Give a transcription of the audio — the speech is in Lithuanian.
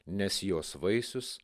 nes jos vaisius